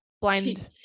blind